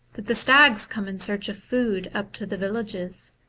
that the stags come in search of food up to the villages,